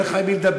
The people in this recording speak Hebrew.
אין לך עם מי לדבר.